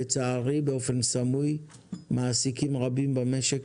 לצערי באופן סמוי מעסיקים רבים במשק